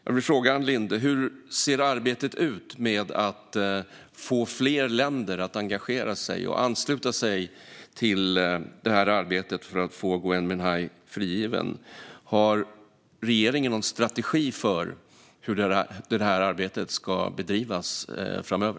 Jag vill fråga Ann Linde: Hur ser arbetet ut med att få fler länder att engagera sig i och ansluta sig till arbetet för att få Gui Minhai frigiven? Har regeringen någon strategi för hur arbetet ska bedrivas framöver?